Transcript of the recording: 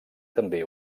també